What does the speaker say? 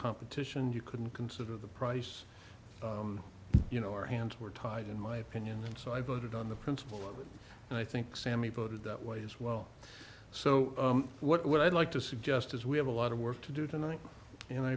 competition you couldn't consider the price you know your hands were tied in my opinion and so i voted on the principle and i think sammy put it that way as well so what i'd like to suggest as we have a lot of work to do tonight and i